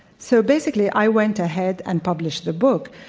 so, basically, i went ahead and published the book.